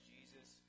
Jesus